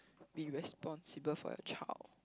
be responsible for your child